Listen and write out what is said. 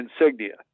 insignia